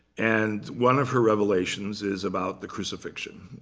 and one of her revelations is about the crucifixion.